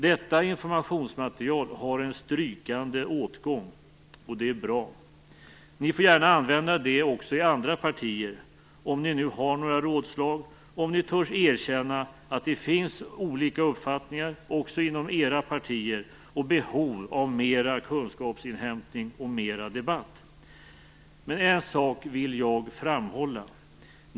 Detta informationsmaterial har en strykande åtgång, och det är bra. Ni får gärna använda det också i andra partier om ni nu har några rådslag och om ni törs erkänna att det finns olika uppfattningar också inom era partier och behov av mer kunskapsinhämtning och mer debatt. Men jag vill framhålla en sak.